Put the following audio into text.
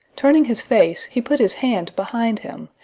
turning his face, he put his hand behind him,